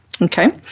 Okay